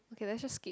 okay let's just skip